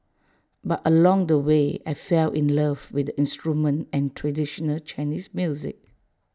but along the way I fell in love with the instrument and traditional Chinese music